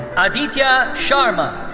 aditya sharma,